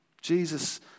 Jesus